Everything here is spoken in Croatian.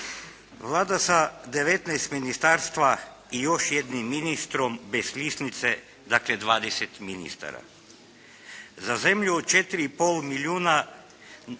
Vlada sa 19 ministarstva i još jednim ministrom bez lisnice, dakle 20 ministara. Za zemlju od 4,5 milijuna